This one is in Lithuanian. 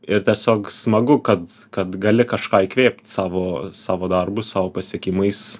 ir tiesiog smagu kad kad gali kažką įkvėpt savo savo darbu savo pasiekimais